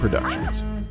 Productions